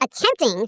attempting